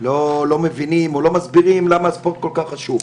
לא מבינים, או לא מסבירים למה הספורט כל כך חשוב.